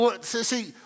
See